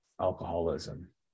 alcoholism